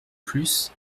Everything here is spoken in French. plus